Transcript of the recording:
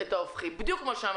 תודה רבה לך.